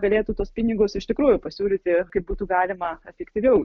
galėtų tuos pinigus iš tikrųjų pasiūlyti kaip būtų galima efektyviau